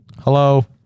Hello